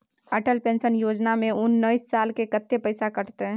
Atal pension Yojana में उनैस साल के कत्ते पैसा कटते?